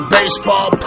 Baseball